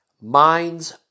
minds